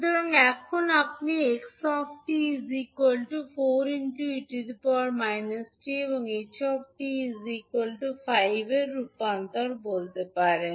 সুতরাং এখন আপনি 𝑥 𝑡 4𝑒 − 𝑡 এবং ℎ 𝑡 5 এর রূপান্তর বলতে পারেন